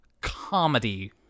comedy